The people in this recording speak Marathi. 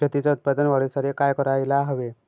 शेतीच्या उत्पादन वाढीसाठी काय करायला हवे?